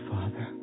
Father